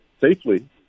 safely